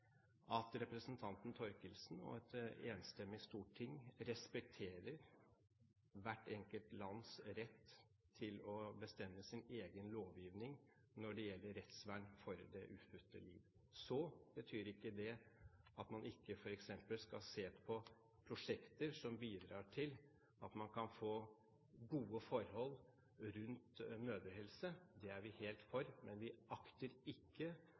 at representanten Thorkildsen og et enstemmig storting respekterer hvert enkelt lands rett til å bestemme sin egen lovgivning når det gjelder rettsvern for det ufødte liv. Så betyr ikke det at man ikke f.eks. skal se på prosjekter som bidrar til at man kan få gode forhold rundt mødrehelse – det er vi helt for – men vi akter ikke